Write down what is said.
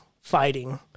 fighting